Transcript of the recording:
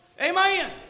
Amen